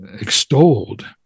extolled